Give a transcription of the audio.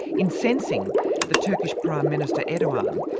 incensing the turkish prime minister erdogan.